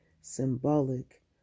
symbolic